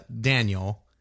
Daniel